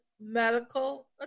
medical